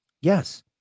Yes